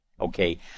Okay